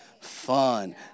Fun